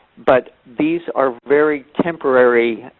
but these are very temporary